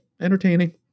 entertaining